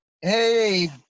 Hey